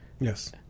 Yes